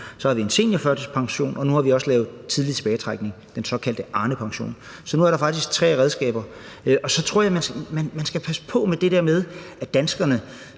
Så har vi en seniorførtidspension, og nu har vi også lavet en ret til tidlig tilbagetrækning, den såkaldte Arnepension. Nu er der faktisk tre redskaber. Og jeg tror, man skal passe på med det der med, at danskerne